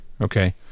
okay